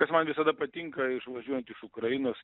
kas man visada patinka išvažiuojant iš ukrainos